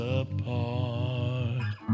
apart